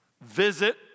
Visit